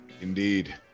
Indeed